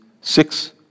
six